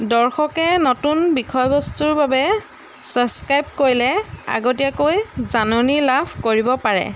দৰ্শকে নতুন বিষয়বস্তুৰ বাবে ছাবস্ক্ৰাইব কৰিলে আগতীয়াকৈ জাননি লাভ কৰিব পাৰে